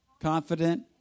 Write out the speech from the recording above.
Confident